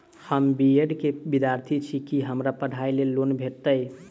हम B Ed केँ विद्यार्थी छी, की हमरा पढ़ाई लेल लोन भेटतय?